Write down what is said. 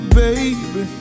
baby